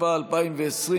התשפ"א 2020,